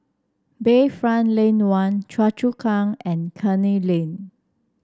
Bayfront Lane One Choa Chu Kang and Canning Lane